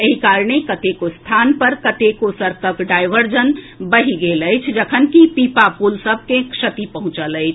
एहि कारणे कतेको स्थान पर कतेको सड़कक डायवर्जन बहि गेल अछि जखनकि पीपा पुल सभ के क्षति पहुंचल अछि